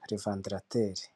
hari vandarateri.